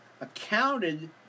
accounted